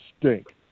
stink